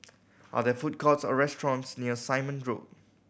are there food courts or restaurants near Simon Road